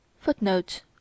Footnote